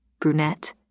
brunette